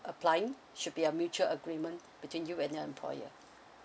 applying should be a mutual agreement between you and your employer